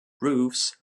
roofs